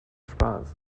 spaß